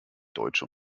deutsche